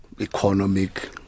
economic